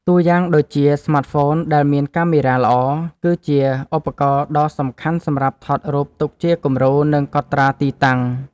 តួយ៉ាងដូចជា ស្មាតហ្វូនដែលមានកាមេរ៉ាល្អ គឺជាឧបករណ៍ដ៏សំខាន់សម្រាប់ថតរូបទុកជាគំរូ និងកត់ត្រាទីតាំង។